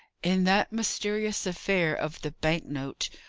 in that mysterious affair of the bank-note,